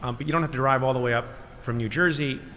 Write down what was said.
um but you don't have to drive all the way up from new jersey.